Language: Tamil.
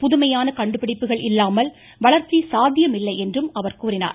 புதுமையான கண்டுபிடிப்புகள் இல்லாமல் வளர்ச்சி சாத்தியமில்லை என்றார்